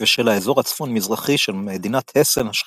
ושל האזור הצפון-מזרחי של מדינת הסן השכנה.